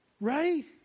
Right